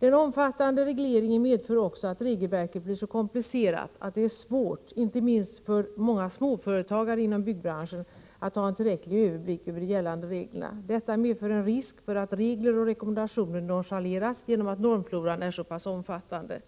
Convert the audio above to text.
Den omfattande regleringen medför också att regelverket blir så komplicerat att det är svårt, inte minst för många småföretagare inom byggbranschen, att ha en tillräcklig överblick över de gällande reglerna. Genom att normfloran är så pass omfattande